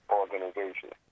organization